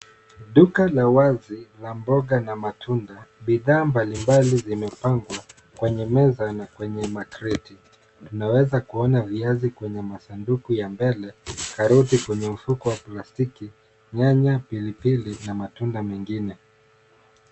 Duka la wazi la mboga na matunda, bidhaa mbalimbali zimepangwa kwenye meza na kwenye makreti , na unaweza kuona viazi kwenye masanduku ya mbele, karoti kwenye mifuko ya plastiki, nyanya pilipili na matunda mengine.